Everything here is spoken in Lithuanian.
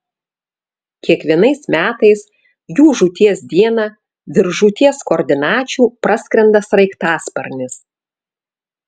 kiekvienais metais jų žūties dieną virš žūties koordinačių praskrenda sraigtasparnis